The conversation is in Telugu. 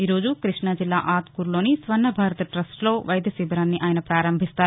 ఈ రోజు కృష్ణాజిల్లా ఆత్కురులోని స్వర్ణభారత్ టస్ట్లో వైద్య శిబిరాన్ని ఆయన ప్రారంభిస్తారు